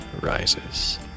rises